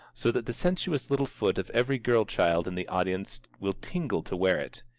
so that the sensuous little foot of every girl-child in the audience will tingle to wear it.